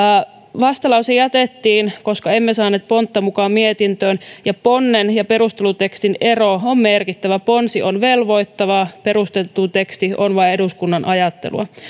vastalause jätettiin koska emme saaneet pontta mukaan mietintöön ja ponnen ja perustelutekstin ero on merkittävä ponsi on velvoittava perusteluteksti on vain eduskunnan ajattelua